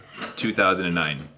2009